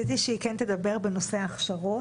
סטרוק: רציתי שהיא כן תדבר בנשוא ההכשרות.